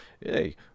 hey